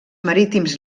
marítims